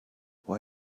why